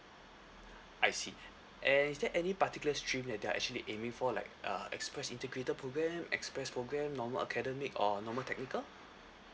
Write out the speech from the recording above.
I see and is there any particular stream that they're actually aiming for like uh express integrated programme express program normal academic or normal technical